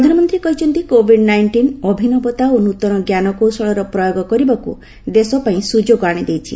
ପ୍ରଧାନମନ୍ତ୍ରୀ କହିଛନ୍ତି କୋବିଡ୍ ନାଇଷ୍ଟିନ୍ ଅଭିନବତା ଓ ନୂତନ ଞ୍ଜାନକୌଶଳର ପ୍ରୟୋଗ କରିବାକୁ ଦେଶପାଇଁ ସୁଯୋଗ ଆଶିଦେଇଛି